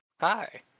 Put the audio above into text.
Hi